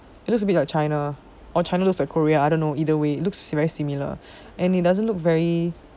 it looks a bit like china or china looks like korea I don't know either way it looks very similar and it doesn't look very